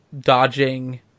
dodging